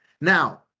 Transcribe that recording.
Now